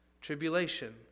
tribulation